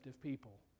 people